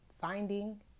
finding